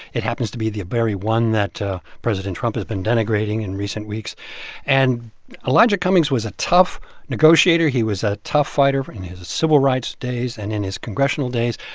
it happens to be the very one that president trump has been denigrating in recent weeks and elijah cummings was a tough negotiator. he was a tough fighter in his civil rights days and in his congressional days.